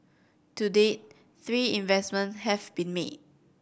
to date three investments have been made